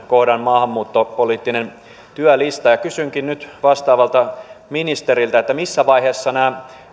kohdan maahanmuuttopoliittinen työlista kysynkin nyt vastaavalta ministeriltä missä vaiheessa nämä